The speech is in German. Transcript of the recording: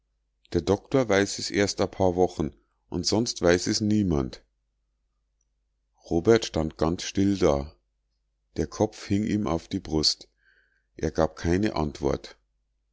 der doktor weiß es erst a paar wochen und sonst weiß es niemand robert stand ganz still da der kopf hing ihm auf die brust er gab keine antwort